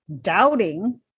doubting